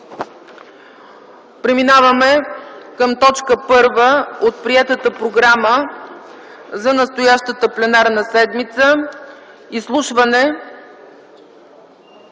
Преминаваме към точка първа от приетата програма за настоящата пленарна седмица: ИЗСЛУШВАНЕ